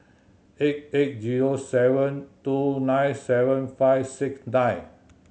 eight eight zero seven two nine seven five six nine